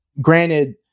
granted